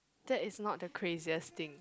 that is not the craziest thing